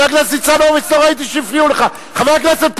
חבר הכנסת ניצן הורוביץ, לא ראיתי שהפריעו לך.